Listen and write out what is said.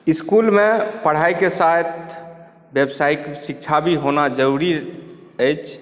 इसकुलमे पढाइके साथ व्यावसायिक शिक्षा भी होना जरुरी अछि